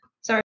Sorry